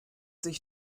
sich